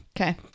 Okay